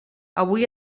avui